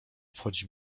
wchodzi